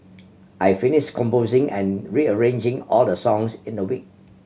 I finish composing and rearranging all the songs in the week